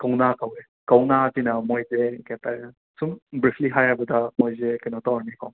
ꯀꯧꯅꯥ ꯀꯧꯋꯦ ꯀꯧꯅꯥꯁꯤꯅ ꯃꯣꯏꯁꯦ ꯀꯩ ꯍꯥꯏꯇꯥꯔꯦ ꯁꯨꯝ ꯕ꯭ꯔꯤꯞꯂꯤ ꯍꯥꯏꯔꯕꯗ ꯃꯣꯏꯁꯦ ꯀꯩꯅꯣ ꯇꯧꯔꯅꯤꯀꯣ